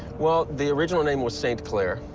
well, the original name was st. clair.